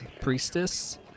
priestess